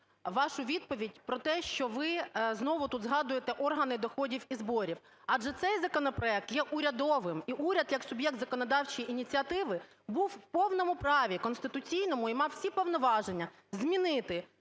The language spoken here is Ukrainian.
вашу відповідь про те, що ви знову тут згадуєте органи доходів і зборів, адже цей законопроект є урядовим. І уряд як суб'єкт законодавчої ініціативи був у повному праві конституційному і мав всі повноваження змінити